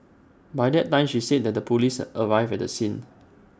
by that time she said that the Police arrived at the scene